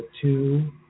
two